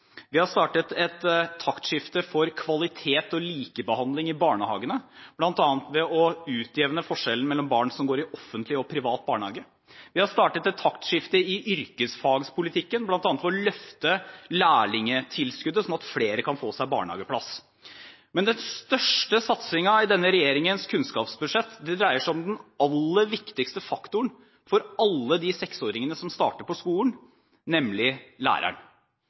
Vi har startet et taktskifte for kvalitet og likebehandling i barnehagene, bl.a. ved å utjevne forskjellen mellom barn som går i offentlig og privat barnehage. Vi har startet et taktskifte i yrkesfagspolitikken bl.a. ved å løfte lærlingtilskuddet, slik at flere kan få seg barnehageplass. Men den største satsingen i denne regjeringens kunnskapsbudsjett dreier seg om den aller viktigste faktoren for alle de seksåringene som starter på skolen, nemlig læreren.